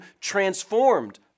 transformed